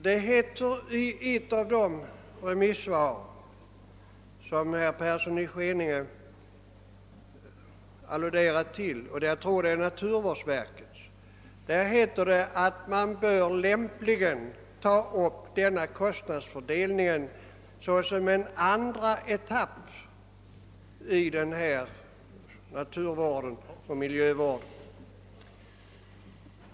Det heter i ett av de remissvar som herr Persson i Skänninge alluderade på -— jag tror det var naturvårdsverkets — att man lämpligen bör ta upp kostnadsfördelningen såsom en andra etapp i naturoch miljövården.